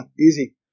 Easy